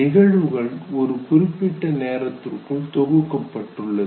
நிகழ்வுகள் ஒரு குறிப்பிட்ட நேரத்திற்குள் தொகுக்கப்பட்டுள்ளது